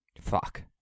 Fuck